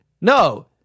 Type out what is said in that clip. no